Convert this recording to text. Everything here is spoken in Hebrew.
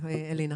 אבל קודם אלינה.